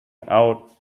out